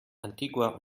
antigua